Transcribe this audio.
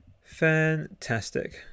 Fantastic